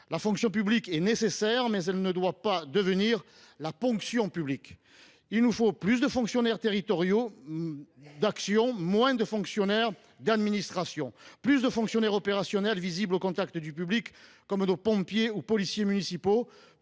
La « fonction » publique est nécessaire, mais elle ne doit pas devenir la « ponction » publique. Il nous faut plus de fonctionnaires territoriaux d’action, mais moins de fonctionnaires d’administrations. Il faut plus de fonctionnaires opérationnels, visibles, au contact du public comme nos pompiers ou policiers municipaux,